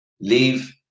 leave